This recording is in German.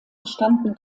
standen